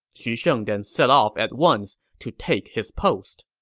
xu sheng then set off at once to take his post